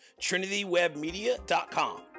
trinitywebmedia.com